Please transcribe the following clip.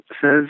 says